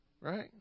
right